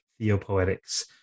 Theopoetics